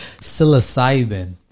psilocybin